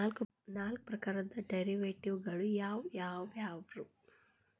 ನಾಲ್ಕ್ ಪ್ರಕಾರದ್ ಡೆರಿವೆಟಿವ್ ಗಳು ಯಾವ್ ಯಾವವ್ಯಾವು?